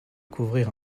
couvrir